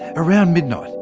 around midnight,